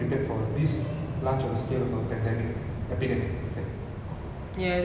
SARS like wasn't from what I know it wasn't contagious right like